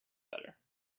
better